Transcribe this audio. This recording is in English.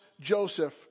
Joseph